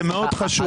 זה מאוד חשוב.